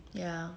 ya